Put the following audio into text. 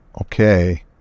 okay